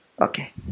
Okay